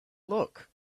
look